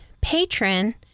patron